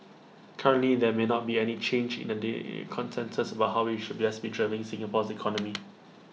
currently there may not be any change in the day consensus about how we should best be driving Singapore's economy